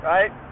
Right